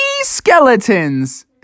skeletons